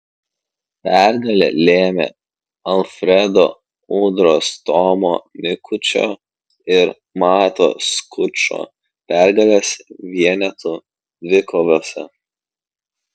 pergalę lėmė alfredo udros tomo mikučio ir mato skučo pergalės vienetų dvikovose